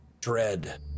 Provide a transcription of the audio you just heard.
dread